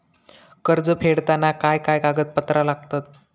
कर्ज फेडताना काय काय कागदपत्रा लागतात?